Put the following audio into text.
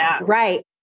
Right